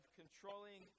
controlling